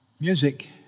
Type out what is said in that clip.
Music